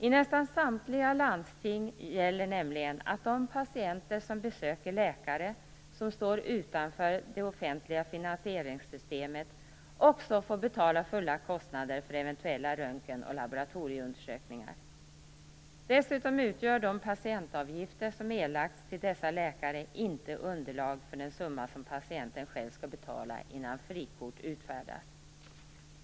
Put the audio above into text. I nästan samtliga landsting gäller nämligen att de patienter som besöker läkare som står utanför det offentliga finansieringssystemet också får betala hela kostnaden för eventuella röntgen och laboratorieundersökningar. Dessutom utgör de patientavgifter som erlagts till dessa läkare inte underlag för den summa som patienten själv skall betala innan frikort utfärdas.